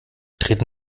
treten